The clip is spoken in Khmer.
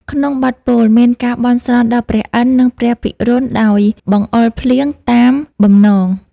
ក្នុងបទពោល មានការបន់ស្រន់ដល់ព្រះឥន្ទ្រ និងព្រះភិរុណឱ្យបង្អុរភ្លៀងតាមបំណង។